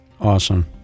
Awesome